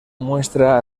muestra